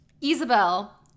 Isabel